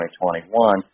2021